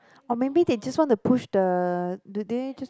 or maybe they just want to push the do they just